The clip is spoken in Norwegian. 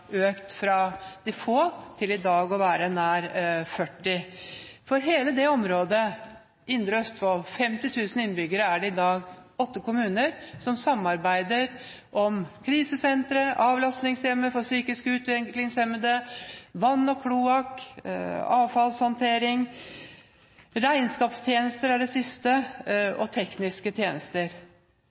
økt fra de få til i dag å være nær 40. I hele det området – Indre Østfold, 50 000 innbyggere er det i dag – er det åtte kommuner som samarbeider om krisesenteret, avlastningshjemmet for psykisk utviklingshemmede, vann og kloakk, avfallshåndtering, regnskapstjenester, som er det siste, og tekniske tjenester.